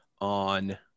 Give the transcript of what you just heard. On